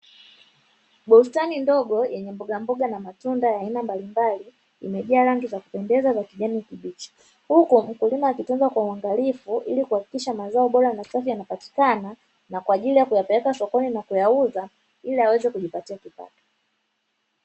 Bustani ndogo yenye mbogamboga na matunda aina ya mbali mbali, imejaa rangi za kupendeza za kijani kibichi, huku mkulima akiitunza kwa uangalifu ili kuhakikisha mazao bora masafi yanapatikana na kwa ajili ya kuyapeleka sokoni na kuyauza, ili aweze kujipatia kipato